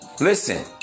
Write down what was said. Listen